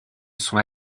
sont